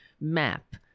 map